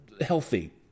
healthy